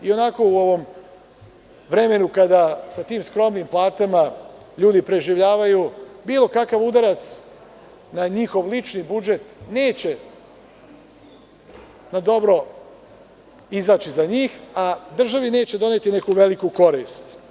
I onako u ovom vremenu, kada sa tim skromnim platama ljudi preživljavaju, bilo kakav udarac na njihov lični budžet neće na dobro izaći za njih, a državi neće doneti neku veliku korist.